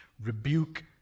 rebuke